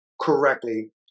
correctly